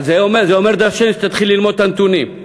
זה אומר דורשני, שתתחיל ללמוד את הנתונים.